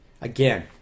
again